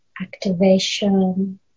activation